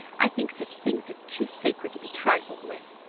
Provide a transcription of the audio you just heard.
i think such things are too sacred to be trifled with!